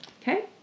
okay